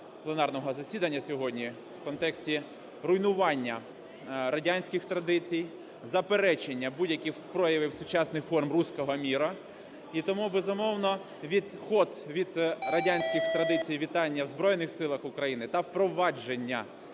пленарного засідання сьогодні в контексті руйнування радянських традицій, заперечення будь-яких проявів сучасних форм "русского мира". І тому, безумовно, відход від радянських традицій вітання в Збройних Силах України та впровадження,